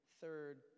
third